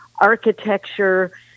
architecture